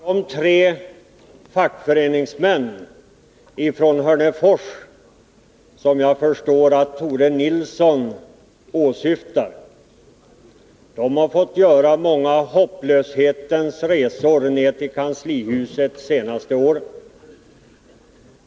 Herr talman! De tre fackföreningsmän från Hörnefors som jag förstår att Tore Nilsson åsyftade har under det senaste året fått göra många hopplöshetens resor till kanslihuset.